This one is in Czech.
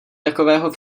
takového